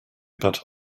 but